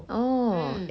oh